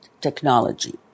technology